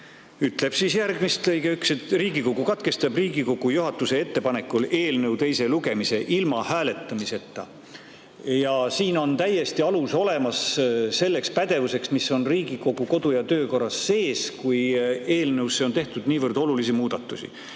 ütleb lõikes 1, et Riigikogu katkestab Riigikogu juhatuse ettepanekul eelnõu teise lugemise ilma hääletamiseta. Ja siin on täiesti alus olemas selleks pädevuseks, mis on Riigikogu kodu- ja töökorras sees, ehk kui eelnõusse on tehtud niivõrd olulisi muudatusi.